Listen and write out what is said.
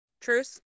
Truce